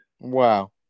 Wow